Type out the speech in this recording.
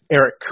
Eric